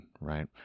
Right